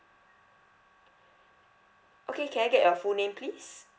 okay can I get your full name please